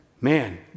Man